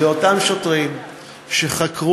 אלה אותם שוטרים שחקרו